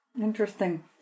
Interesting